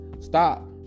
stop